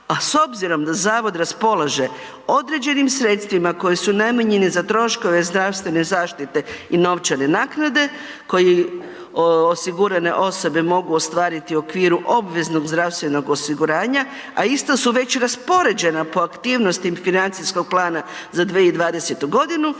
a s obzirom da zavod raspolaže određenim sredstvima koje su namijenjene za troškove zdravstvene zaštite i novčane naknade koje osigurane osobe mogu ostvariti u okviru obveznog zdravstvenog osiguranja, a isto su već raspoređena po aktivnostima financijskog plana za 2020.godinu,